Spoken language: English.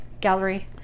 gallery